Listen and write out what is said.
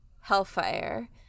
hellfire